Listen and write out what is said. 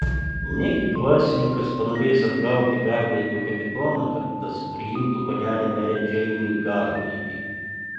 negi dvasininkas panorės apgauti garlaivio kapitoną kad tas priimtų panelę merę džeinę į garlaivį